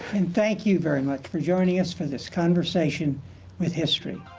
and thank you very much for joining us for this conversation with history.